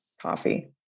Coffee